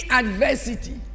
adversity